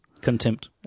Contempt